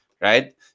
right